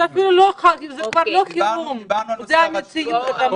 זה כבר לא חירום, זו המציאות.